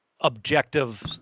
objective